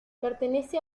pertenece